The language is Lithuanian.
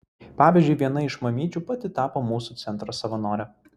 pavyzdžiui viena iš mamyčių pati tapo mūsų centro savanore